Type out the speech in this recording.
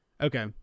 okay